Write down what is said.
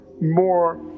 more